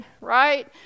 Right